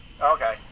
Okay